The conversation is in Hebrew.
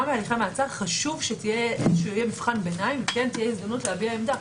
בהליכי מעצר חשוב שיהיה מבחן ביניים ותהיה הזדמנות להביע עמדה,